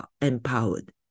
empowered